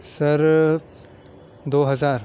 سر دو ہزار